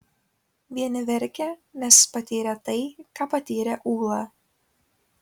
vieni verkė nes patyrė tai ką patyrė ūla